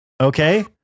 Okay